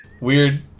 Weird